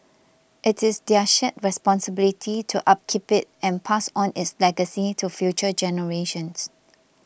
it is their shared responsibility to upkeep it and pass on its legacy to future generations